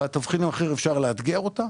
בתבחין האחר אפשר לאתגר אותה.